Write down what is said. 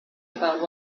about